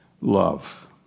love